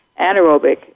anaerobic